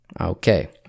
Okay